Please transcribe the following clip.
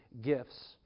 gifts